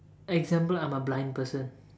example I'm a blind person